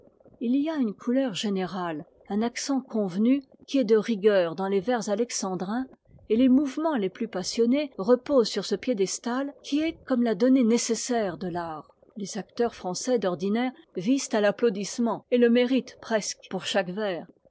il y a une couleur généra e un accent convenu qui est de rigueur dans les vers alexandrins et les mouvements les plus passionnés reposent sur ce piédestal qui est comme la donnée nécessaire de l'art les acteurs français d'ordinaire visent à t'applaudissement et le méritent presque pour chaque vers